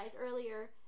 earlier